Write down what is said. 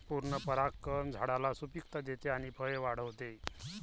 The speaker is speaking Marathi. पूर्ण परागकण झाडाला सुपिकता देते आणि फळे वाढवते